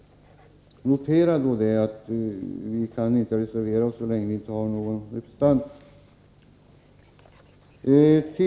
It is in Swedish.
Notera dock att vi inte kan reservera oss så länge vi inte har någon representant i utskottet.